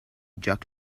jack